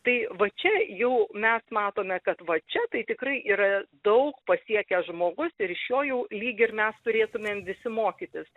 tai va čia jau mes matome kad va čia tai tikrai yra daug pasiekęs žmogus ir iš jo jau lyg ir mes turėtumėm visi mokytis